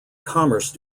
commerce